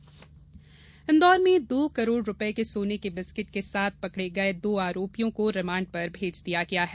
आरोपी इंदौर में दो करोड़ रुपए के सोने की बिस्किट के साथ पकड़ गए दो आरोपियों को रिमांड पर भेज दिया गया है